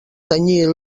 tenyir